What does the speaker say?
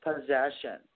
Possession